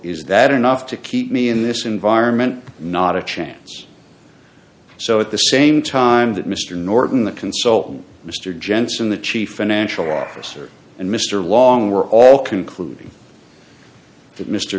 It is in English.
is that enough to keep me in this environment not a chance so at the same time that mr norton the consultant mr jensen the chief financial officer and mr long were all concluding